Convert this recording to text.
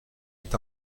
est